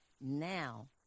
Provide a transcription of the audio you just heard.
now